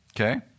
Okay